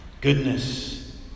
Goodness